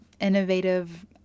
innovative